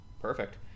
Perfect